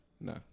No